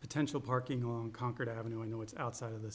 potential parking on conquered avenue i know it's outside of the